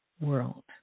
world